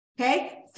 Okay